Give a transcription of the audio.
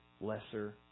lesser